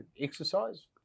exercise